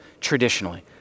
traditionally